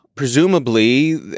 Presumably